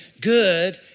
good